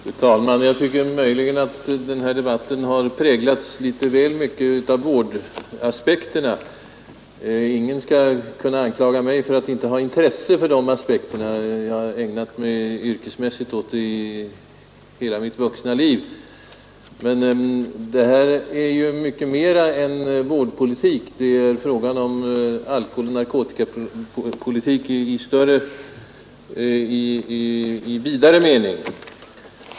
Fru talman! Jag tycker möjligen att den här debatten litet väl mycket har präglats av vårdaspekterna. Ingen skall kunna anklaga mig för att inte ha intresse för dem. Jag har yrkesmässigt ägnat mig åt dem under hela mitt vuxna liv. Men det här är mycket mera än vårdpolitik, det är fråga om alkoholoch narkotikapolitik i vid mening.